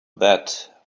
that